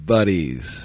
Buddies